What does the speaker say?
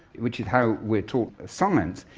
which is how we are taught science,